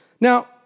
Now